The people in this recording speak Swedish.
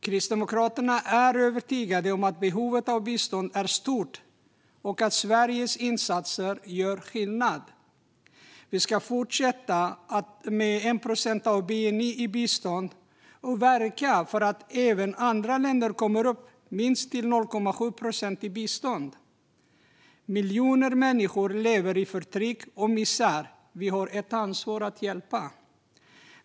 Kristdemokraterna är övertygade om att behovet av bistånd är stort och att Sveriges insatser gör skillnad. Vi ska fortsätta att ha 1 procent av bni i bistånd och verka för att andra länder kommer upp till minst 0,7 procent. Miljoner människor lever i förtryck och misär, och vi har ett ansvar att hjälpa.